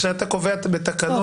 כשאתה קובע בתקנות,